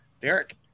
Derek